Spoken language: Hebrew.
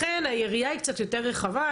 לכן היריעה היא קצת יותר רחבה,